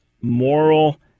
moral